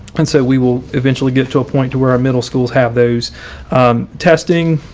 and so we will eventually get to a point to where our middle schools have those testing,